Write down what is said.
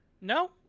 No